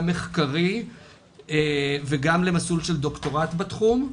מחקרי וגם למסלול של דוקטורט בתחום.